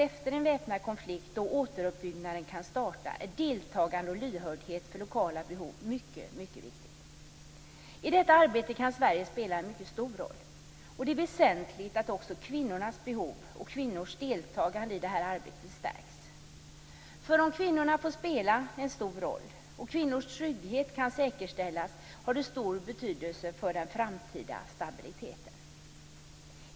Efter en väpnad konflikt, då återuppbyggnaden kan starta, är också deltagande och lyhördhet för lokala behov mycket viktigt. I detta arbete kan Sverige spela en mycket stor roll. Det är också väsentligt med kvinnornas behov och att kvinnornas deltagande i det här arbetet stärks. Om kvinnorna får spela en stor roll, och om kvinnors trygghet kan säkerställas, har det stor betydelse för den framtida stabiliteten.